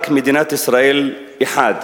יש רק מדינת ישראל אחת.